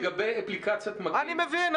לגבי אפליקציית מגן.